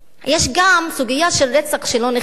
יש גם סוגיה של רצח שלא נחקר.